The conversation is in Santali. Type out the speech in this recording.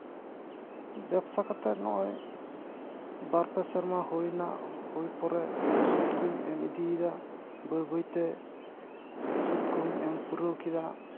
ᱵᱮᱵᱽᱥᱟ ᱠᱟᱛᱮᱫ ᱱᱚᱜᱼᱚᱭ ᱵᱟᱨ ᱯᱮ ᱥᱮᱨᱢᱟ ᱦᱩᱭᱮᱱᱟ ᱦᱩᱭ ᱯᱚᱨᱮ ᱥᱩᱫᱽ ᱠᱚᱧ ᱮᱢ ᱤᱫᱤᱭᱟᱫᱟ ᱵᱟᱹᱭ ᱵᱟᱹᱭᱛᱮ ᱥᱩᱫᱽ ᱠᱚᱦᱚᱧ ᱮᱢ ᱯᱩᱨᱟᱹᱣ ᱠᱮᱫᱟ